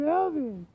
Melvin